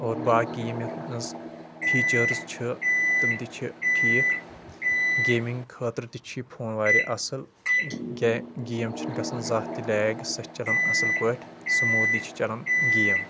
اور باقٕے ییٚمہِ یتھ منٛز فیٖچٲرٕس چھِ تِم تہِ چھِ ٹھیٖک گیمنٛگ خٲطرٕ تہِ چھِ یہِ فون واریاہ اصل گے گیم چھنہٕ گژھان زانٛہہ تہِ لیگ سۄ چھ چلن اصل پٲٹھۍ سموٗدلی چھِ چلان گیم